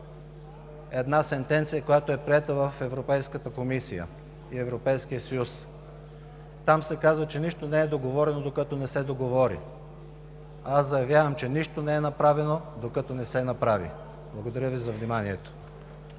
на една сентенция, която е приета в Европейската комисия и Европейския съюз. Там се казва: нищо не е договорено, докато не се договори, аз заявявам, че нищо не е направено, докато не се направи. Благодаря Ви за вниманието.